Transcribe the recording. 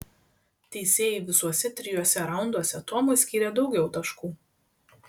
teisėjai visuose trijuose raunduose tomui skyrė daugiau taškų